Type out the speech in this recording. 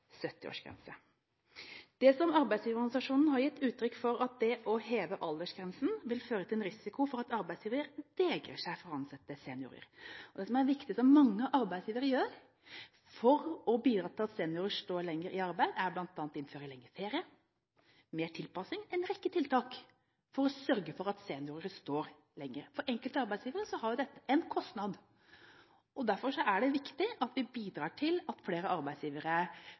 en 70-årsgrense. Arbeidsgiverorganisasjonene har gitt uttrykk for at det å heve aldersgrensen vil føre til en risiko for at arbeidsgivere vegrer seg for å ansette seniorer. Det som er viktig, og som mange arbeidsgivere gjør for å bidra til at seniorer står lenger i arbeid, er bl.a. å innføre lengre ferie, mer tilpasning – en rekke tiltak for å sørge for at seniorer står lenger. For enkelte arbeidsgivere har dette en kostnad. Derfor er det viktig at vi bidrar til at flere arbeidsgivere